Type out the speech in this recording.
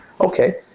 Okay